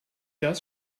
das